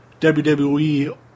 WWE